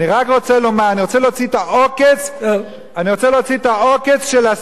אני רוצה להוציא את העוקץ של השנאה והאיבה.